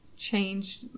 Change